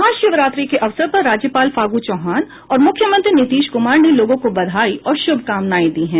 महाशिवरात्रि के अवसर पर राज्यपाल फागू चौहान और मुख्यमंत्री नीतीश कुमार ने लोगों को बधाई और शुभकामनाएं दी हैं